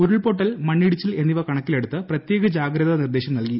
ഉരുൾപൊട്ടൽ മണ്ണിടിച്ചിൽ എന്നിവ കണക്കിലെ ടുത്ത് പ്രത്യേക ജാഗ്രതാ നിർദേശം നൽകി